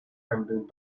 handling